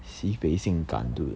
sibei 性感 dude